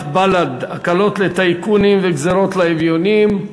בל"ד: הקלות לטייקונים וגזירות לאביונים.